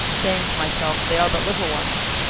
saying to myself they are but little ones.